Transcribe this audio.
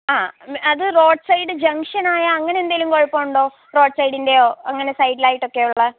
ആ അത് road side ജംഗ്ഷനായ അങ്ങനെ എന്തെങ്കിലും കുഴപ്പമുണ്ടോ റോഡ് സൈഡിൻ്റെയോ അങ്ങനെ സൈഡിലായിട്ടൊക്കെയുള്ളത്